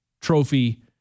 trophy